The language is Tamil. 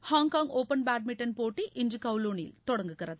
ஹாங்காங் ஓபன் பேட்மிண்டன் போட்டி இன்று கவுலூனில் தொடங்குகிறது